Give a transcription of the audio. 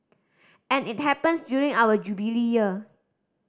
and it happens during our Jubilee Year